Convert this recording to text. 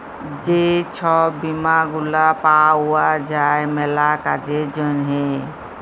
যে ছব বীমা গুলা পাউয়া যায় ম্যালা কাজের জ্যনহে